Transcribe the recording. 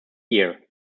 year